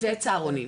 וצהרונים.